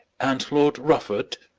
and lord rufford,